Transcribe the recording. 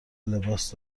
لباس